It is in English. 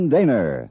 Daner